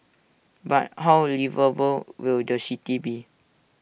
but how liveable will the city be